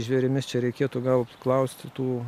žvėrimis čia reikėtų gal klausti tų